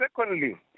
secondly